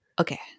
Okay